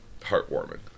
heartwarming